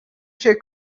się